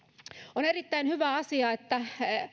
on erittäin hyvä asia että